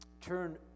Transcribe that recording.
turn